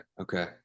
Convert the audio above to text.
Okay